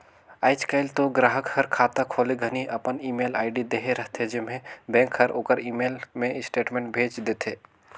आयज कायल तो गराहक हर खाता खोले घनी अपन ईमेल आईडी देहे रथे जेम्हें बेंक हर ओखर ईमेल मे स्टेटमेंट भेज देथे